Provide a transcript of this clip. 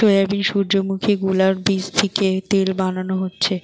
soybean, সূর্যোমুখী গুলোর বীচ থিকে তেল বানানো হচ্ছে